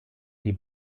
die